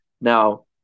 Now